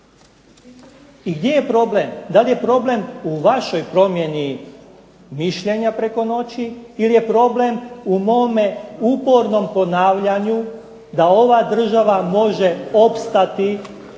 I gdje je problem? DA li je problem u vašoj promjeni mišljenja preko noći ili je problem u mome upornom ponavljanju da ova država može opstati